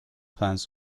plans